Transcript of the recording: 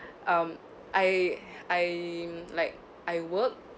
um I I in like I work